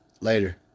Later